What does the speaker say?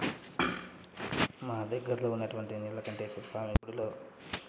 మా దగ్గరలో ఉన్నటువంటి నీలకంఠేశ్వర స్వామి గుడిలో